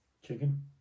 Chicken